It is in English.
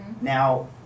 Now